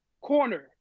corner